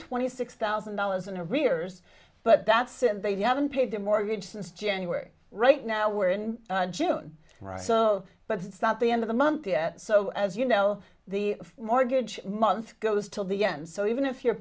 twenty six thousand dollars in a rears but that's it they haven't paid their mortgage since january right now we're in june so but it's not the end of the month yet so as you know the mortgage month goes till the end so even if your